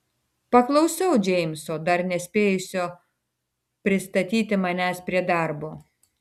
paklausiau džeimso dar nespėjusio pristatyti manęs prie darbo